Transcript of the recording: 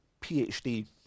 PhD